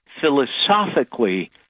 philosophically